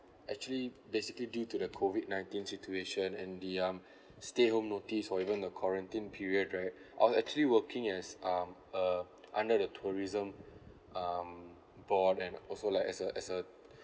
actually basically due to the COVID nineteen situation and the um stay home notice or even the quarantine period right I was actually working as um uh under the tourism um board and also like as a as a